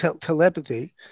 telepathy